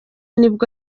nibwo